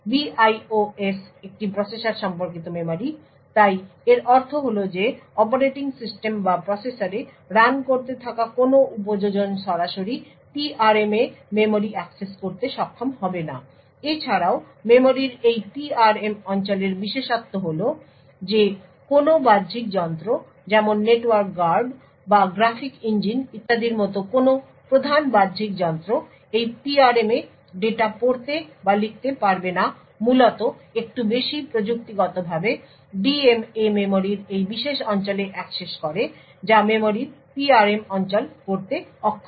BIOS একটি processor সম্পর্কিত memory তাই এর অর্থ হল যে অপারেটিং সিস্টেম বা প্রসেসরে রান করতে থাকা কোনও উপযোজন সরাসরি PRM এ মেমরি অ্যাক্সেস করতে সক্ষম হবে না এছাড়াও মেমরির এই PRM অঞ্চলের বিশেষত্ব হল যে কোনও বাহ্যিক যন্ত্র যেমন নেটওয়ার্ক গার্ড বা গ্রাফিক ইঞ্জিন ইত্যাদির মতো কোনো প্রধান বাহ্যিক যন্ত্র এই PRM এ ডেটা পড়তে বা লিখতে পারবে না মূলত একটু বেশি প্রযুক্তিগতভাবে DMA মেমরির এই বিশেষ অঞ্চলে অ্যাক্সেস করে যা মেমরির PRM অঞ্চল করতে অক্ষম